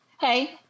hey